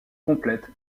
complète